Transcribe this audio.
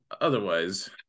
otherwise